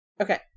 Okay